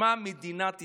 ושמה מדינת ישראל.